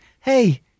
Hey